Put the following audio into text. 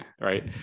right